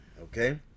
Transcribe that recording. okay